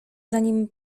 zanim